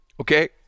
okay